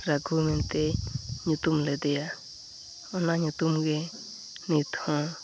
ᱨᱟᱹᱜᱷᱩ ᱢᱮᱱᱛᱮᱭ ᱧᱩᱛᱩᱢ ᱞᱮᱫᱮᱭᱟ ᱚᱱᱟ ᱧᱩᱛᱩᱢᱜᱮ ᱱᱤᱛᱦᱚᱸ